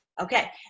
okay